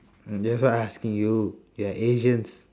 that's why I asking you we are asians